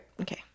Okay